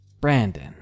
Brandon